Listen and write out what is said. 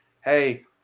Hey